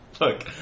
look